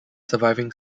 surviving